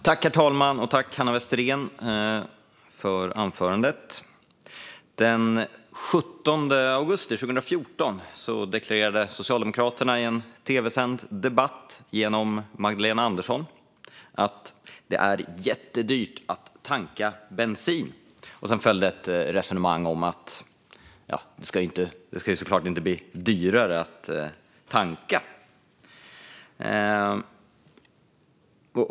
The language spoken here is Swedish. Herr talman! Jag tackar Hanna Westerén för anförandet. Den 17 augusti 2014 deklarerade Socialdemokraterna i en tv-sänd debatt genom Magdalena Andersson att det är jättedyrt att tanka bensin. Sedan följde ett resonemang om att det såklart inte ska bli dyrare att tanka.